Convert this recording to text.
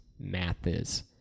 Mathis